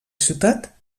ciutat